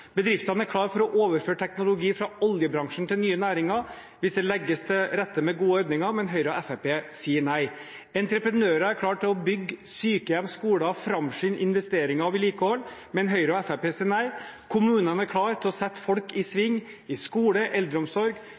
Bedriftene er klare til å overføre teknologi fra oljebransjen til nye næringer hvis det legges til rette med gode ordninger, men Høyre og Fremskrittspartiet sier nei. Entreprenører er klare til å bygge sykehjem og skoler og å framskynde investeringer og vedlikehold, men Høyre og Fremskrittspartiet sier nei. Kommunene er klare til å sette folk i sving i